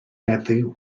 heddiw